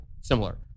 similar